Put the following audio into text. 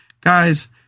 guys